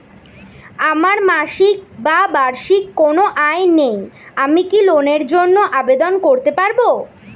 আমার মাসিক বা বার্ষিক কোন আয় নেই আমি কি লোনের জন্য আবেদন করতে পারব?